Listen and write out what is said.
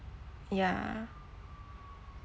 ya